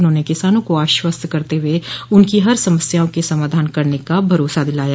उन्होंने किसानों को आश्वस्त करते हुए उनकी हर समस्याओं के समाधान करने का भरोसा दिलाया